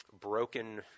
broken